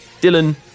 dylan